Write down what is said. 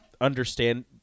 understand